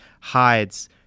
hides